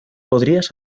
podrías